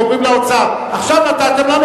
ואומרים לאוצר: עכשיו נתתם לנו,